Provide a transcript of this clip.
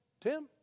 Tim